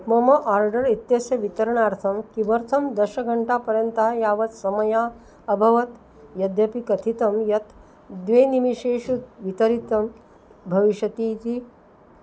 मम आर्डर् इत्यस्य वितरणार्थं किमर्थं दशघण्टापर्यन्तः यावत् समयः अभवत् यद्यपि कथितं यत् द्वे निमेषेषु वितरितं भविष्यति इति